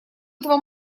этого